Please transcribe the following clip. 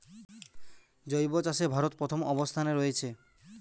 জৈব চাষে ভারত প্রথম অবস্থানে রয়েছে